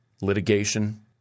litigation